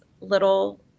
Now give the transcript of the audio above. little